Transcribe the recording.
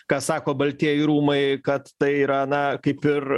ką sako baltieji rūmai kad tai yra na kaip ir